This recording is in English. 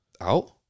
Out